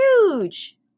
Huge